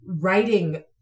writing